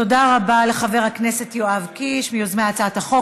תודה רבה לחבר הכנסת יואב קיש, מיוזמי הצעת החוק.